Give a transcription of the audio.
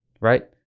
Right